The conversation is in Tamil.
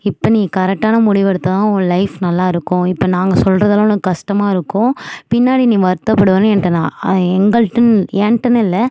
இப்ப நீ கரெக்டான முடிவு எடுத்தாதான் உன் லைஃப் நல்லா இருக்கும் இப்போ நாங்கள் சொல்றதெல்லாம் உனக்கு கஷ்டமாக இருக்கும் பின்னாடி நீ வருத்தப்படுவேன்னு என்கிட்ட எங்கள்கிட்டன்னு ஏன்கிட்டன்னு இல்லை